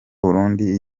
burundi